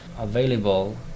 available